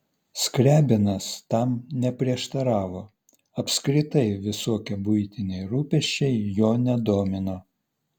skriabinas tam neprieštaravo apskritai visokie buitiniai rūpesčiai jo nedomino